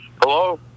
Hello